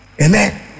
Amen